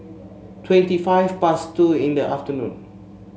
twenty five past two in the afternoon